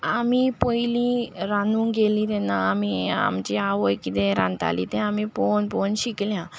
आमी पयलीं रांदूंक गेलीं तेन्ना आमी आमची आवय कितें रांदताली तें आमी पळोवन पळोवन शिकल्यात